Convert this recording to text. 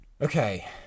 Okay